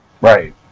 Right